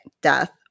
death